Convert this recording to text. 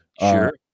Sure